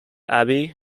abby